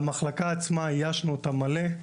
המחלקה עצמה מאוישת באופן מלא,